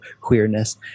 queerness